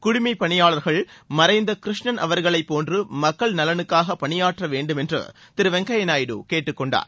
குடிமைப்பணியாளர்கள் மறைந்த கிருஷ்ணன் அவர்களை போன்று மக்கள் நலனுக்காக பணியாற்ற வேண்டும் என்று திரு வெங்கைய்யா நாயுடு கேட்டுக்கொண்டார்